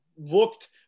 looked